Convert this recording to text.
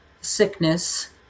sickness